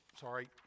sorry